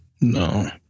No